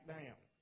down